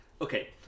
okay